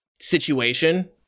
situation